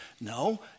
No